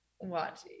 watch